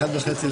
חד וחלק.